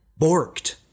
borked